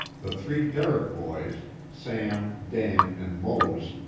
the three dedrick boys, sam, dan, and mose,